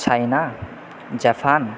China Japan